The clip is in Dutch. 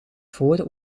voor